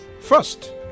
First